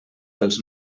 dels